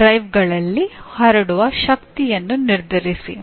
ಡ್ರೈವ್ಗಳಲ್ಲಿ ಹರಡುವ ಶಕ್ತಿಯನ್ನು ನಿರ್ಧರಿಸಿ